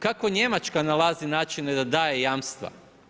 Kako Njemačka nalazi načine da daje jamstva?